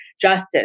justice